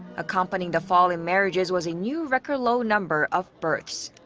accompanying the fall in marriages was a new record-low number of births.